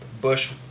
bush